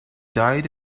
died